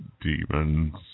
Demons